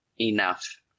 enough